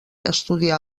estudià